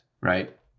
Right